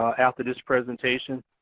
after this presentation.